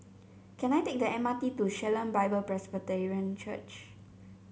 can I take the M R T to Shalom Bible Presbyterian Church